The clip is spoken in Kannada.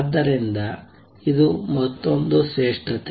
ಆದ್ದರಿಂದ ಇದು ಮತ್ತೊಂದು ಶ್ರೇಷ್ಠತೆ